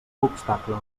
obstacle